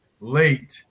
late